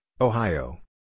Ohio